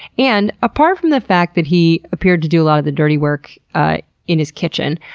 and apart from the fact that he appeared to do a lot of the dirty work in his kitchen,